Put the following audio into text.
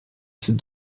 ces